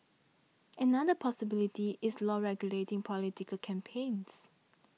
another possibility is law regulating political campaigns